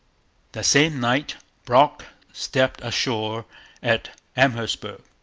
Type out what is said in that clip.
that same night brock stepped ashore at amherstburg.